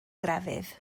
grefydd